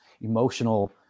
emotional